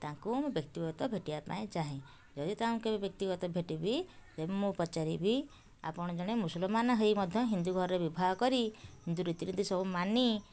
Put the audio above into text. ତାଙ୍କୁ ମୁଁ ବ୍ୟକ୍ତିଗତ ଭେଟିବାପାଇଁ ଚାହେଁ ଯଦି ତାଙ୍କୁ କେବେ ବ୍ୟକ୍ତିଗତ ଭେଟିବି ଦେନ ମୁଁ ପଚାରିବି ଆପଣ ଜଣେ ମୁସଲମାନ ହେଇ ମଧ୍ୟ ହିନ୍ଦୁ ଘରେ ବିବାହ କରି ହିନ୍ଦୁ ରୀତିନୀତି ସବୁ ମାନି